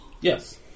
Yes